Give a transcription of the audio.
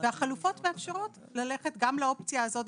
והחלופות מאפשרות ללכת גם לאופציה הזאת,